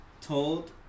told